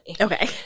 okay